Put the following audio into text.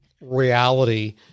reality